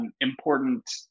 important